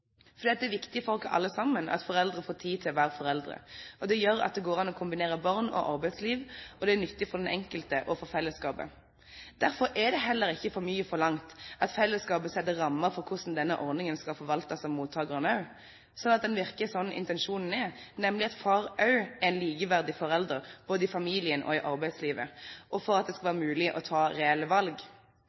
at dette er mors eiendom, og at når vi skaper en utvidet pappaperm ved å øremerke én uke til for far fra fellesdelen, så tar vi fra mor. Foreldrepermisjonen i dag er en rettighet og et velferdsgode som fellesskapet betaler for, fordi det er viktig for alle sammen at foreldre får tid til å være foreldre. Det gjør at det går an å kombinere barn og arbeidsliv, og det er nyttig for den enkelte og for fellesskapet. Derfor er det heller ikke for mye forlangt at fellesskapet setter rammer for hvordan denne ordningen skal forvaltes av mottakerne, slik at den virker